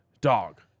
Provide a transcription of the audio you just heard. dog